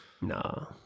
No